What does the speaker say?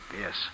Yes